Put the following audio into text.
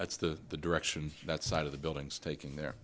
that's the direction that side of the buildings taking their